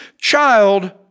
child